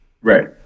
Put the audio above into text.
right